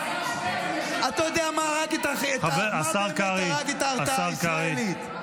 אתה יודע מה באמת הרג את ההרתעה הישראלית.